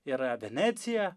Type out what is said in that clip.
yra venecija